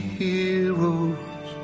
heroes